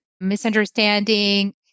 misunderstanding